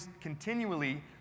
continually